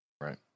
Right